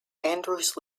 andrews